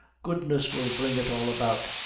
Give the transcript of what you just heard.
goodness will bring it all about,